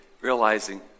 realizing